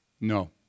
No